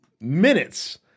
minutes